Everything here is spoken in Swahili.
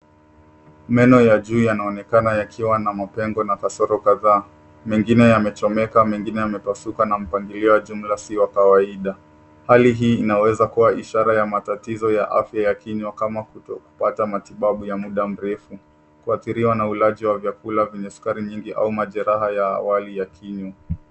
Meno ya juu yanaonekana yakiwa na mapengo na kasoro kadhaa, mengine yamechomeka, mengine yamepasuka na mpangilio wa jumla si wa kawaida. Hali hii inaweza kuwa ishara ya matatizo ya afya ya kinywa kama kutopata matibabu ya mda mrefu, kuadhiriwa na ulaji wa vyakula vyenye sukari nyingi au majeraha ya awali ya kinywa.